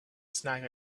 snack